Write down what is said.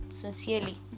sincerely